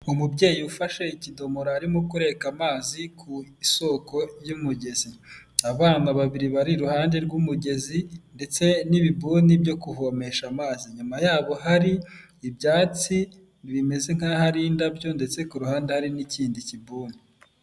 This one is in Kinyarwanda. Umubyeyi ufashe ikidomo arimo kureka amazi ku isoko ry'umugezi abana babiri bari iruhande rw'umugezi ndetse n'ibibuni byo kuvomesha amazi inyuma yabo hari ibyatsi bimeze nk'ahari indabyo ndetse ku ruhande hari n'ikindi kibuni.